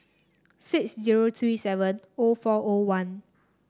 six zero three seven O four O one